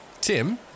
Tim